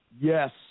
Yes